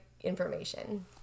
information